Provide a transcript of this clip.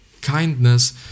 kindness